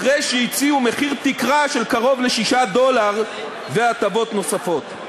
אחרי שהציעו מחיר תקרה של קרוב ל-6 דולר והטבות נוספות.